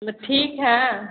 मैं ठीक हैं